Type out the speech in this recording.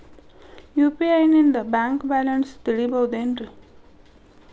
UPI ನಿಂದ bank balance ತಿಳಿಬಹುದೇನ್ರಿ?